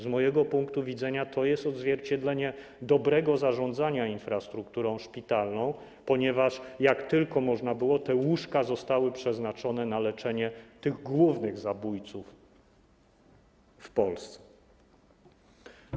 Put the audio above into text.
Z mojego punktu widzenia to jest odzwierciedlenie dobrego zarządzania infrastrukturą szpitalną, ponieważ jak tylko można było, te łóżka zostały przeznaczone na leczenie tych głównych zabójców w Polsce.